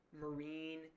marine